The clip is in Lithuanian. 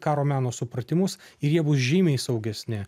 meno supratimus ir jie bus žymiai saugesni